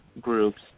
groups